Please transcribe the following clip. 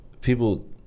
people